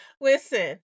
Listen